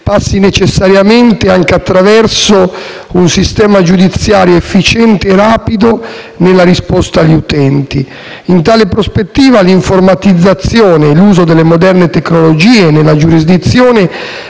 passi necessariamente anche attraverso un sistema giudiziario efficiente e rapido nella risposta agli utenti. In tale prospettiva l'informatizzazione e l'uso delle moderne tecnologie nella giurisdizione